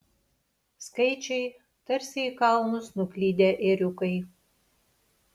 skaičiai tarsi į kalnus nuklydę ėriukai